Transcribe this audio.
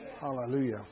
Hallelujah